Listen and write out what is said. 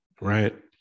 right